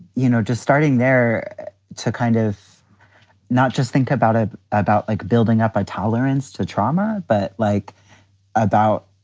you know, just starting there to kind of not just think about it ah about like building up a tolerance to trauma, but like about,